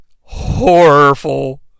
horrible